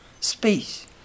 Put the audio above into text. space